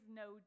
no